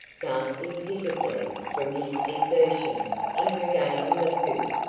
gasping pitiably from his exertions in regaining the poop,